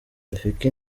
rafiki